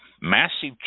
Massive